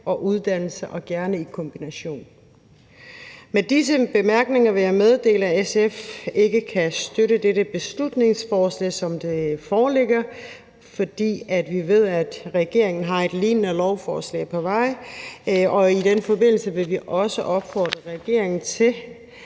til uddannelse og gerne i kombination. Med disse bemærkninger vil jeg meddele, at SF ikke kan støtte dette beslutningsforslag, som det foreligger, fordi vi ved, at regeringen har et lignende lovforslag på vej. Og i den forbindelse vil vi også opfordre regeringen til,